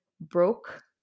broke